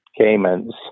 Cayman's